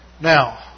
Now